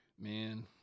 Man